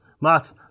Matt